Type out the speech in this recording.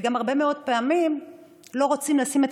וגם הרבה מאוד פעמים לא רוצים לשים את